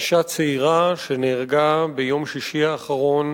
אשה צעירה שנהרגה ביום שישי האחרון